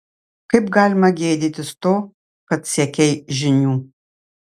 kaip galima gėdytis to kad siekei žinių